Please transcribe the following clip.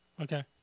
Okay